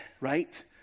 right